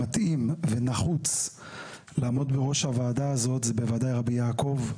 מתאים ונחוץ לעמוד בראש הוועדה הזאת זה בוודאי רבי יעקב.